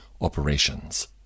operations